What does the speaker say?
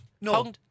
No